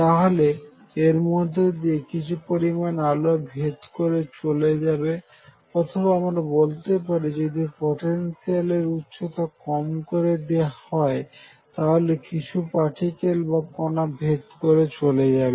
তাহলে এর মধ্য দিয়ে কিছু পরিমাণ আলো ভেদ করে চলে যাবে অথবা আমরা বলতে পারি যদি পটেনশিয়াল এর উচ্চতা কম করে দেওয়া হয় তাহলে কিছু পাটিকেল বা কনা ভেদ করে চলে যাবে